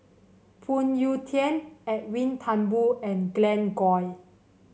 Phoon Yew Tien Edwin Thumboo and Glen Goei